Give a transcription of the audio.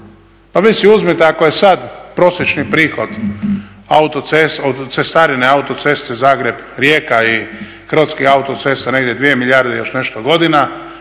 Pa vi si uzmite, ako je sad prosječni prihod od cestarine autoceste Zagreb-Rijeka i Hrvatskih autocesta negdje 2 milijarde i još nešto godina